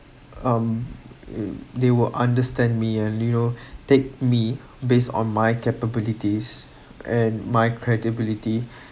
um they will understand me and you know take me based on my capabilities and my credibility